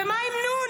ומה עם נ'